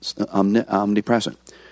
omnipresent